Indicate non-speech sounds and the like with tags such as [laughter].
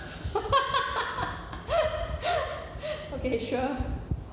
[laughs] okay sure